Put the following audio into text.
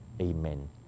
Amen